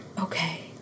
okay